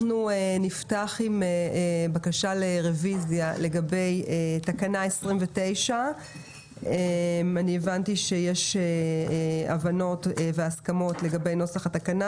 אנחנו נפתח עם בקשה לרוויזיה לגבי תקנה 29. הבנתי שיש הבנות והסכמות לגבי נוסח התקנה.